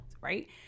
right